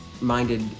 minded